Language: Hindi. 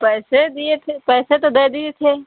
पैसे दिए थे पैसे तो दे दिए थे